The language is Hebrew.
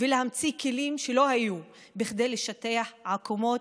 ולהמציא כלים שלא היו כדי לשטח עקומות,